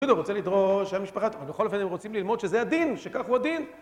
הוא רוצה לדרוש למשפחה, אבל בכל אופן הם רוצים ללמוד שזה הדין, שכך הוא הדין.